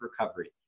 recovery